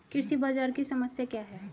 कृषि बाजार की समस्या क्या है?